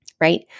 Right